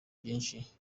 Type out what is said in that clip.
byinshi